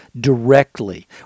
directly